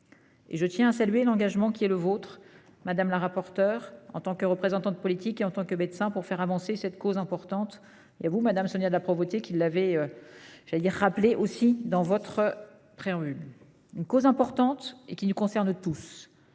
je tiens à saluer l'engagement qui est le vôtre, madame la rapporteure, en tant que représentante politique et en tant que médecin, pour faire avancer cette cause importante, ainsi que le vôtre, madame Sonia de La Provôté, qui l'avez rappelé dans votre préambule. La cause est importante et nous concerne tous.